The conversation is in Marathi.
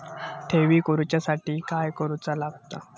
ठेवी करूच्या साठी काय करूचा लागता?